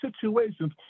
situations